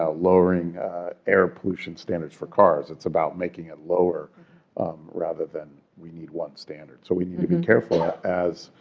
ah lowering air pollution standards for cars. it's about making it lower rather than we need one standard. so we need to be careful as